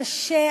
קשה.